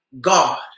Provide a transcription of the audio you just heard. God